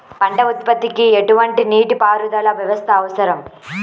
పంట ఉత్పత్తికి ఎటువంటి నీటిపారుదల వ్యవస్థ అవసరం?